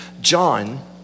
John